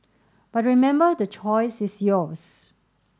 but remember the choice is yours